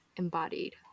embodied